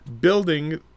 building